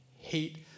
hate